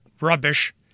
rubbish